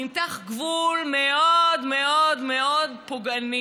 נמתח גבול מאוד מאוד פוגעני,